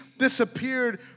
Disappeared